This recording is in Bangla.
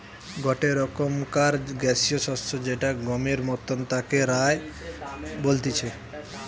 গটে রকমকার গ্যাসীয় শস্য যেটা গমের মতন তাকে রায় বলতিছে